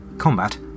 combat